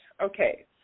Okay